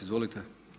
Izvolite.